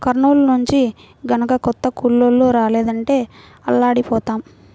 కర్నూలు నుంచి గనక కొత్త కూలోళ్ళు రాలేదంటే అల్లాడిపోతాం